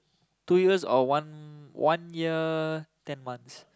two years or one one year ten months